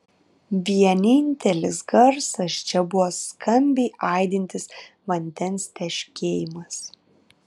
vienintelis garsas čia buvo skambiai aidintis vandens teškėjimas